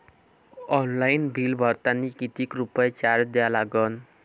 Online bill भरतानी कितीक रुपये चार्ज द्या लागन?